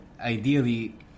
ideally